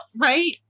right